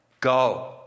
Go